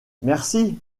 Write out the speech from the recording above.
merci